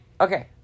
Okay